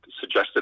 suggested